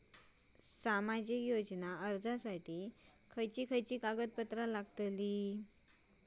सामाजिक योजना अर्जासाठी खयचे खयचे कागदपत्रा लागतली?